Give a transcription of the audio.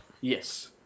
Yes